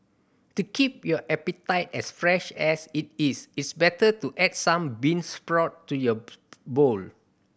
to keep your appetite as fresh as it is it's better to add some bean sprout to your bowl